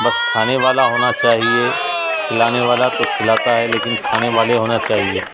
بس کھانے والا ہونا چاہیے کھلانے والا تو کھلاتا ہے لیکن کھانے والے ہونا چاہیے